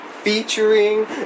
Featuring